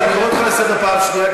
אז אני קורא אותך לסדר בפעם השנייה,